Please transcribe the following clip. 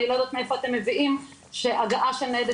אני לא יודעת מאיפה אתם מביאים שהגעה של ניידת